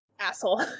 Asshole